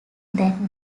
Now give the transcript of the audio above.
that